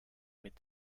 mit